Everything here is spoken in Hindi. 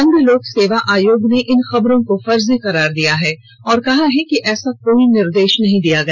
संघ लोक सेवा आयोग ने इन खबरों को फर्जी करार दिया है और कहा है कि ऐसा कोई निर्देश नहीं दिया गया